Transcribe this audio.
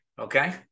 okay